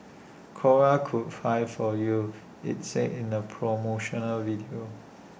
cora could fly for you IT said in A promotional video